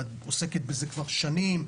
ואת עוסקת בזה כבר שנים.